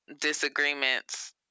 disagreements